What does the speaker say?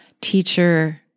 teacher